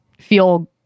feel